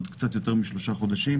עוד קצת יותר משלושה חודשים